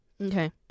Okay